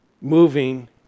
moving